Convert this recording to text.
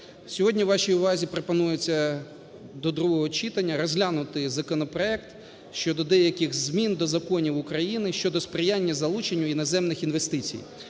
Сьогодні вашій увазі пропонується до другого читання розглянути законопроект щодо деяких змін до законів України щодо сприяння залученню іноземних інвестицій,